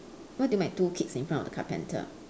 what do you mean by two kids in front of the carpenter